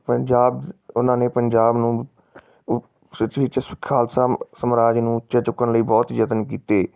ਪੰਜਾਬਜ ਉਹਨਾਂ ਨੇ ਪੰਜਾਬ ਨੂੰ ਉ ਸਥਿੱਤੀ ਵਿੱਚ ਸ ਖਾਲਸਾ ਸਮਰਾਜ ਨੂੰ ਉੱਚਾ ਚੁੱਕਣ ਲਈ ਬਹੁਤ ਯਤਨ ਕੀਤੇ